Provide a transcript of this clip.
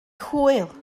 hwyl